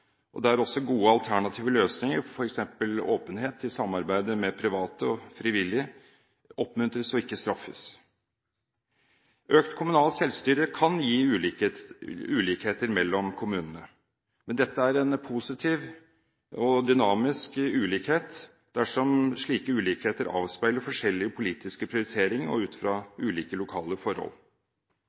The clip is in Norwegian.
også gode alternative løsninger, f.eks. åpenhet i samarbeid med private og frivillige, oppmuntres og ikke straffes. Økt kommunalt selvstyre kan gi ulikheter mellom kommunene. Men dette er positive og dynamiske ulikheter dersom slike ulikheter avspeiler forskjellige politiske prioriteringer ut fra ulike lokale forhold.